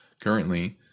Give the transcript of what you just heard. Currently